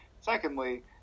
Secondly